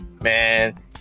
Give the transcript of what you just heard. man